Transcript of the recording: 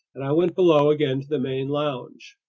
and i went below again to the main lounge.